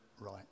right